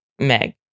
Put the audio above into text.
Meg